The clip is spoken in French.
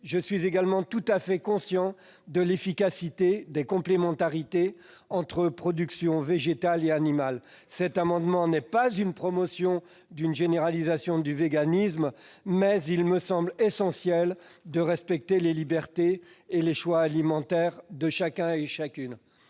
Je suis également tout à fait conscient de l'efficacité des complémentarités entre productions végétale et animale. Cet amendement ne vise pas à promouvoir la généralisation du véganisme, mais il me semble essentiel de respecter les libertés et les choix alimentaires de chacune et de chacun.